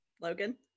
Logan